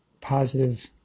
positive